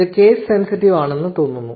ഇത് case sensitive ആണെന്ന് തോന്നുന്നു